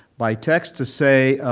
by text to say